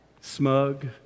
Smug